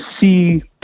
see